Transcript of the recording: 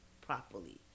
properly